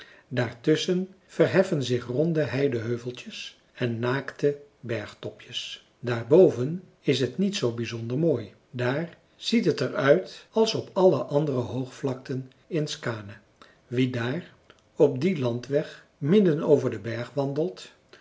daar een heideveld daartusschen verheffen zich ronde heideheuveltjes en naakte bergtopjes daarboven is het niet zoo bizonder mooi daar ziet het er uit als op alle anderen hoogvlakten in skaane wie daar op dien landweg midden over den berg wandelt